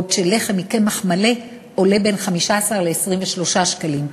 בעוד לחם מקמח מלא עולה בין 15 ל-23 שקלים.